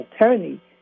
attorney